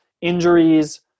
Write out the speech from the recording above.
injuries